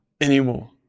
anymore